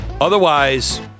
Otherwise